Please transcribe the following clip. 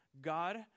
God